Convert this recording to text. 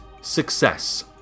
success